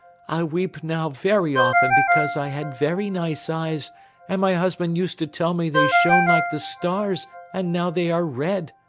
i weep now very often because i had very nice eyes and my husband used to tell me they shone like the stars and now they are red.